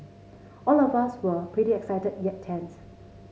all of us were pretty excited yet tense